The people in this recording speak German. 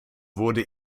wurde